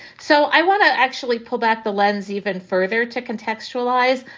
so i want to actually pull back the lens even further to contextualize.